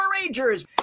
Rangers